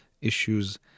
issues